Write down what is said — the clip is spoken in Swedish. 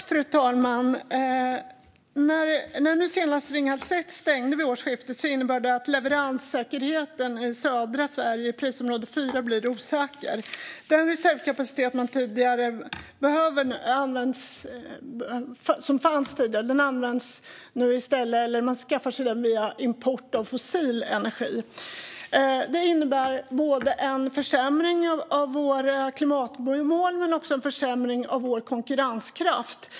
Fru talman! När nu senast Ringhals 1 stängde vid årsskiftet innebär det att leveranssäkerheten i södra Sverige, prisområde fyra, blir osäker. Den reservkapacitet som fanns tidigare skaffar man sig i stället via import av fossil energi. Det innebär en försämring för våra klimatmål och också en försämring av vår konkurrenskraft.